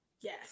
Yes